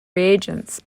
reagents